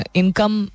income